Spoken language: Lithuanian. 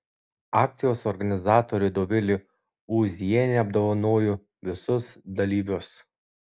akcijos organizatorė dovilė ūzienė apdovanojo visus dalyvius